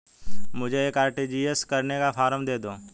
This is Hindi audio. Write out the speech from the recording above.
मुझे एक आर.टी.जी.एस करने का फारम दे दो?